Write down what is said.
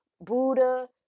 Buddha